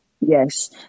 Yes